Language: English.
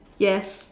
yes